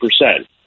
percent